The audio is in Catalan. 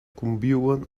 conviuen